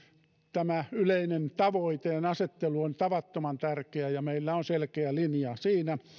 tämä yleinen tavoitteenasettelu on tavattoman tärkeää ja meillä on selkeä linja siinä